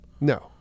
no